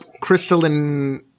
crystalline